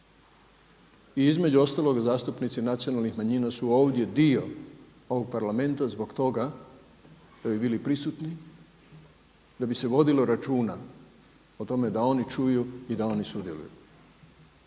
I između ostaloga zastupnici nacionalnih manjina su ovdje dio ovoga parlamenta zbog toga da bi bili prisutni, da bi se vodilo računa o tome da oni čuju i da oni sudjeluju.